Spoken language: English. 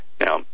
Now